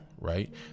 right